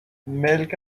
ملک